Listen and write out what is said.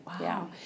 Wow